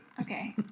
Okay